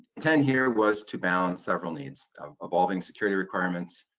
intent here was to balance several needs evolving security requirements,